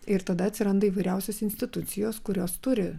ir tada atsiranda įvairiausios institucijos kurios turi